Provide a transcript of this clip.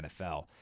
NFL